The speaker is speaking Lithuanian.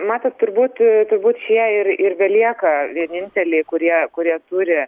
matot turbūt turbūt šie ir ir belieka vieninteliai kurie kurie turi